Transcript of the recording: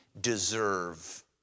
deserve